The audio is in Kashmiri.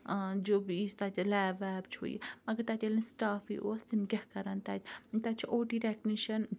جو بھی تَتہِ لیب ویب چھُ یہِ مَگَر تَتہِ ییٚلہِ نہٕ سٹافے اوس تِم کیاہ کَرَن تَتہِ تَتہِ چھُ او ٹی ٹیٚکنِشَن